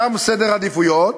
שם העדיפות,